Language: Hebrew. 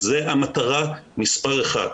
זאת המטרה מס' אחת.